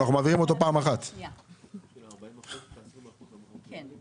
קורה שיש דיונים באחד המשרדים שלנו בין